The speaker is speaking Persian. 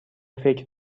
فکر